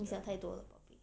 你想太多了宝贝